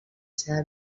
seva